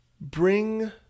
bring